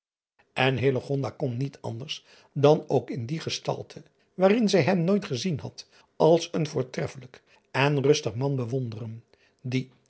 n kon niet anders dan ook in die gestalte waarin zij hem nooit gezien had als een voortreffelijk en rustig man bewonderen die